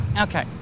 Okay